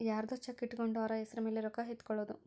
ಯರ್ದೊ ಚೆಕ್ ಇಟ್ಕೊಂಡು ಅವ್ರ ಹೆಸ್ರ್ ಮೇಲೆ ರೊಕ್ಕ ಎತ್ಕೊಳೋದು